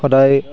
সদায়